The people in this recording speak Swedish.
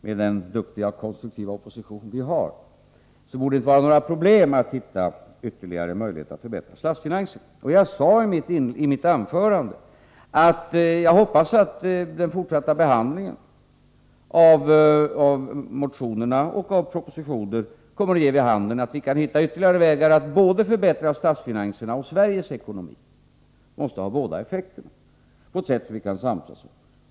Med den duktiga och konstruktiva opposition vi har borde det inte vara några problem att hitta ytterligare möjligheter att förbättra statsfinanserna. Jag sade i mitt anförande att jag hoppas att den fortsatta behandlingen av motionerna och av propositioner kommer att ge vid handen att vi kan hitta ytterligare vägar att förbättra både statsfinanserna och Sveriges ekonomi. Vi måste nå båda effekterna på ett sätt som vi kan samsas om.